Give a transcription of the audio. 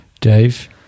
Dave